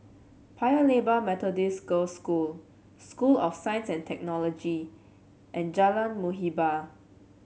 Paya Lebar Methodist Girls' School School of Science and Technology and Jalan Muhibbah